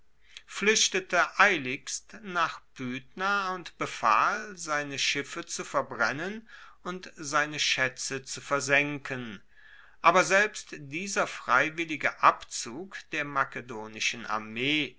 fluechtete eiligst nach pydna und befahl seine schiffe zu verbrennen und seine schaetze zu versenken aber selbst dieser freiwillige abzug der makedonischen armee